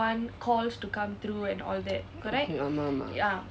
okay ஆமாம் ஆமாம்:aamaam aamaam